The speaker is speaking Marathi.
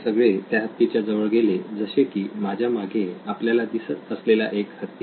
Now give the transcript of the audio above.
ते सगळे त्या हत्तीच्या जवळ गेले जसे की माझ्या मागे आपल्याला दिसत असलेला एक हत्ती